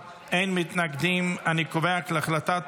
נתקבלה.